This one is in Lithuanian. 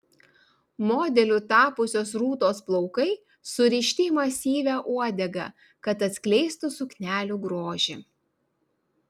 modeliu tapusios rūtos plaukai surišti į masyvią uodegą kad atskleistų suknelių grožį